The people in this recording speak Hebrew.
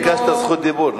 ביקשת זכות דיבור,